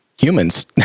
humans